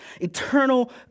eternal